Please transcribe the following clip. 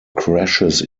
crashes